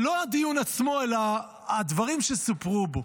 לא הדיון עצמו, אלא הדברים שסופרו בו.